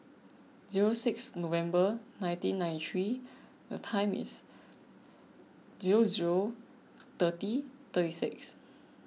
zero six November nineteen ninety three zero zero thirty thirty six